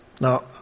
Now